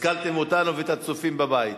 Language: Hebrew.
השכלתם אותנו ואת הצופים בבית.